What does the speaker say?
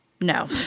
no